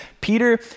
Peter